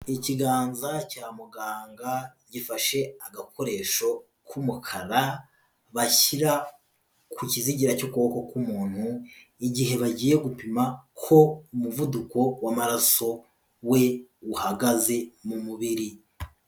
Ikiganza cya muganga, gifashe agakoresho k'umukara bashyira ku kizigira cy'ukuboko k'umuntu, igihe bagiye gupima ko umuvuduko w'amaraso we uhagaze mu mubiri.